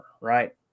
right